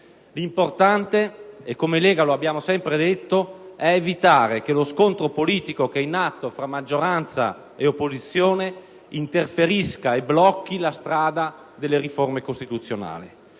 L'importante - e come Lega lo abbiamo sempre detto - è evitare che lo scontro politico che è in atto tra maggioranza e opposizione interferisca e blocchi la strada delle riforme costituzionali.